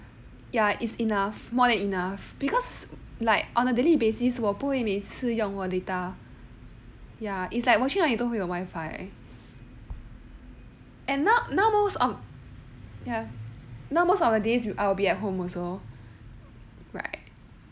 ya is enough more than enough because like on a daily basis 我不会每次用我 data it's like 我去哪里都会有 wifi and now now most of ya now most of the days I'll be at home also